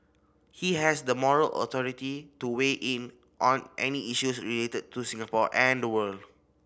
he has the moral authority to weigh in on any issues related to Singapore and the world